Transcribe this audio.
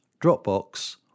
Dropbox